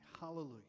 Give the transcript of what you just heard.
Hallelujah